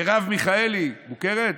מרב מיכאלי, מוכרת?